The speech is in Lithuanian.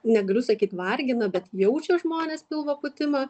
negaliu sakyt vargina bet jaučia žmonės pilvo pūtimą